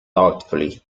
doubtfully